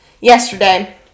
yesterday